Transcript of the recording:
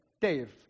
Dave